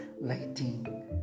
lighting